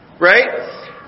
Right